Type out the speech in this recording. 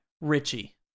Richie